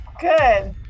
Good